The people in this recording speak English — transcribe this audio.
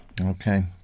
Okay